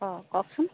অঁ কওকচোন